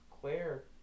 Claire